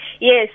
Yes